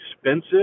expensive